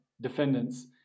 defendants